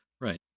Right